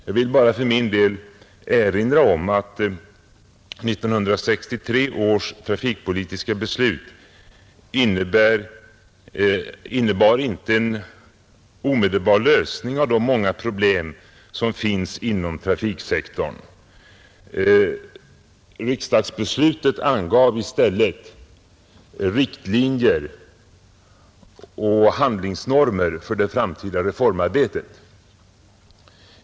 Jag vill för min del bara erinra om att 1963 års trafikpolitiska beslut inte innebar en omedelbar lösning av de många problem som finns inom trafiksektorn. Riksdagsbeslutet angav i stället riktlinjer och handlingsnormer för det framtida reformarbetet.